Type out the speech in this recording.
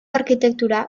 arkitektura